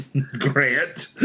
Grant